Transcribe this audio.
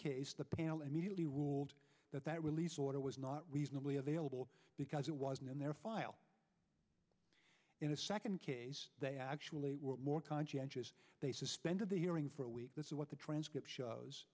case the panel immediately ruled that that release order was not reasonably available because it wasn't in their file in a second they actually were more conscientious they suspended the hearing for a week that's what the transcript shows